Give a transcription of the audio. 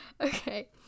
Okay